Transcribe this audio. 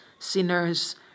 sinners